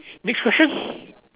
next question